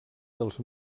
dels